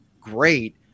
great